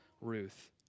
Ruth